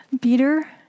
Peter